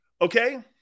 okay